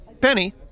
Penny